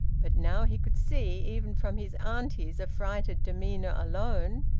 but now he could see, even from his auntie's affrighted demeanour alone,